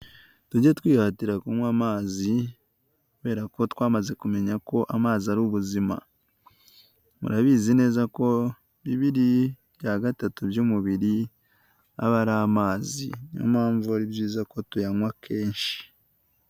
Tujye twihatira kunywa amazi kubera ko twamaze kumenya ko amazi ari ubuzima. Murabizi neza ko bibiri bya gatatu by'umubiri aba ari amazi, ni yo mpamvu ari byiza ko tuyanywa kenshi.